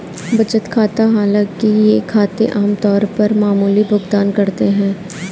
बचत खाता हालांकि ये खाते आम तौर पर मामूली भुगतान करते है